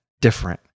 different